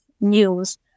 news